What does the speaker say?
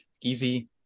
Easy